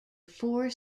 four